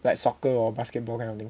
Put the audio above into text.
like soccer or basketball kind of thing